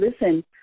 listen